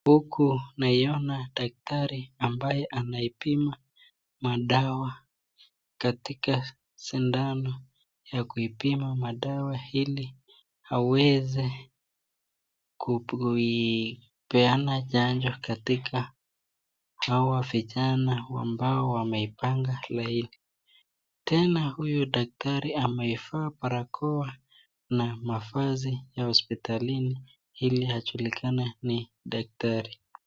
Huku naiona daktari ambaye anaipima madawa katika sindano ya kuipima madawa ili aweze kuipeana chanjo katika hawa vijana ambao wamepanga laini. Tena huyu daktari ameivaa barakoa na mavazi ya hospitalini ili ajulikane ni daktari.